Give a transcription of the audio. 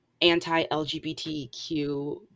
anti-LGBTQ